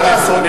מה לעשות.